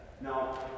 Now